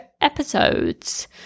episodes